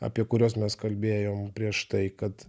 apie kuriuos mes kalbėjom prieš tai kad